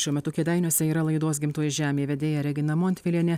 šiuo metu kėdainiuose yra laidos gimtoji žemė vedėja regina montvilienė